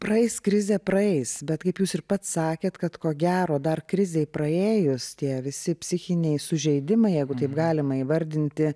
praeis krizė praeis bet kaip jūs ir pats sakėt kad ko gero dar krizei praėjus tie visi psichiniai sužeidimai jeigu taip galima įvardinti